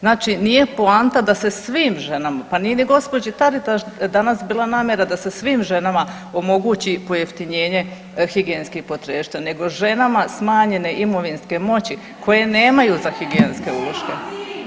Znači nije poanta da se svim ženama, pa nije ni gospođi Taritaš danas bila namjera da se svim ženama omogući pojeftinjenje higijenskih potrepština, nego ženama smanjenje imovinske moći koje nemaju za higijenske uloške.